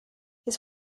his